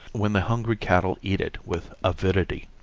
when the hungry cattle eat it with avidity.